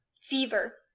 fever